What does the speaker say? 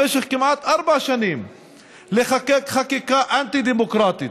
במשך כמעט ארבע שנים לחוקק חקיקה אנטי-דמוקרטית,